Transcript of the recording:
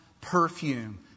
perfume